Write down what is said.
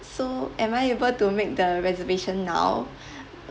so am I able to make the reservation now